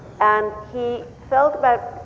and he felt about.